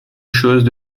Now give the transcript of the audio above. choses